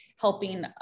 helping